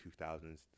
2000s